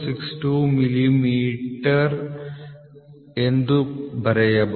062 millimetre ಎಂದು ಬರೆಯಬಹುದು